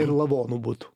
ir lavonų būtų